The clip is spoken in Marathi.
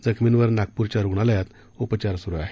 जखमींवर नागपूरच्या रुग्णालयात उपचार सुरु आहेत